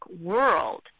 world